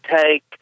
take